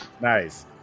Nice